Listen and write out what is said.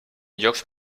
llocs